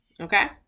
Okay